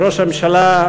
וראש הממשלה,